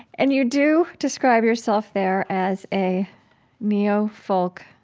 and you do describe yourself there as a neo-folk,